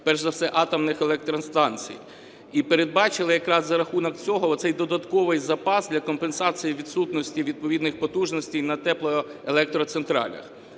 перш за все атомних електростанцій. І передбачили якраз за рахунок цього цей додатковий запас для компенсації відсутності відповідних потужностей на теплоелектроцентралях.